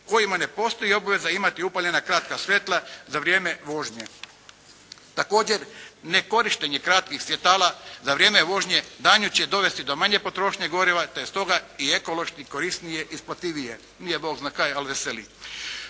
kojima ne postoji obaveza imati upaljena kratka svjetla za vrijeme vožnje. Također nekorištenje kratkih svjetala za vrijeme vožnje danju će dovesti do manje potrošnje goriva te je stoga i ekološki korisnije i isplativije. Nije Bog zna kaj, al' veseli.